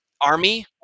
army